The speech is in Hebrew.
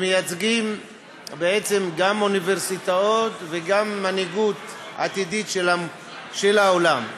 הם מייצגים גם אוניברסיטאות וגם מנהיגות עתידית של העולם.